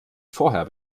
vorher